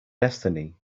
destiny